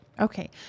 Okay